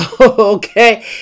Okay